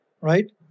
right